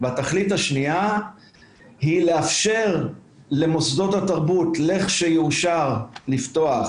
והתכלית השנייה היא לאפשר למוסדות התרבות לכשיאושר לפתוח